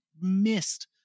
missed